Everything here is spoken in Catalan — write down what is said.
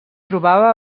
trobava